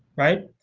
right?